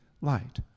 light